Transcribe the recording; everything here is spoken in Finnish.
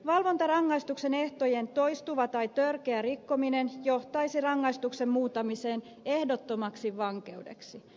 valvontarangaistuksen ehtojen toistuva tai törkeä rikkominen johtaisi rangaistuksen muuntamiseen ehdottomaksi vankeudeksi